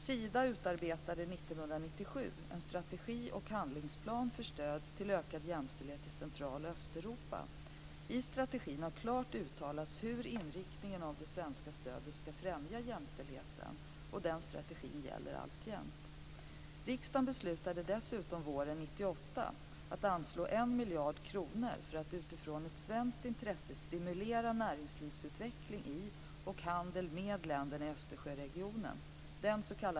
Sida utarbetade 1997 en strategi och handlingsplan för stöd till ökad jämställdhet i Central och Östeuropa. I strategin har klart uttalats hur inriktningen av det svenska stödet skall främja jämställdheten, och den strategin gäller alltjämt. Riksdagen beslutade dessutom våren 1998 att anslå 1 miljard kronor för att utifrån ett svenskt intresse stimulera näringslivsutveckling i och handel med länderna i Östersjöregionen, den sk.